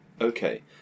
Okay